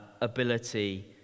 ability